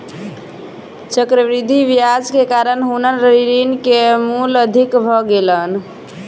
चक्रवृद्धि ब्याज के कारण हुनकर ऋण के मूल अधिक भ गेलैन